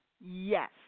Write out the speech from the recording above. yes